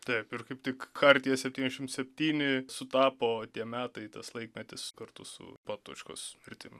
taip ir kaip tik chartija septyniasdešimt septyni sutapo tie metai tas laikmetis kartu su patočkos mirtim